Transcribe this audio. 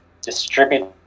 distribute